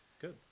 Good